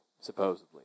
supposedly